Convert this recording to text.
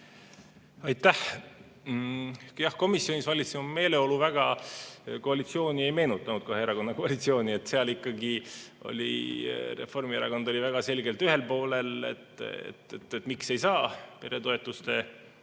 Aitäh! Jah, komisjonis valitsev meeleolu väga koalitsiooni ei meenutanud, kahe erakonna koalitsiooni. Seal ikkagi Reformierakond oli väga selgelt ühel poolel, et miks ei saa peretoetuste